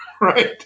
right